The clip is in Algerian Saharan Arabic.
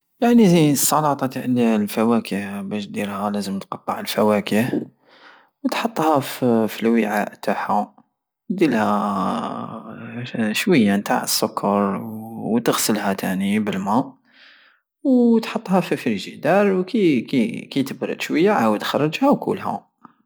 يعني السلطة تع الفواكه بش ديرها لازم تقطع الفواكه وتحطها فالوعاء تعها ديلها شوية تع السكر وتغسلها تاني بالماء وتحطها فالفيجيدار وكي- كي تبرد شوية عاود خرجها وكولها